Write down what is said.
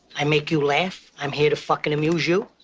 i make you laugh. i'm here to fucking amuse you.